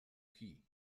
kei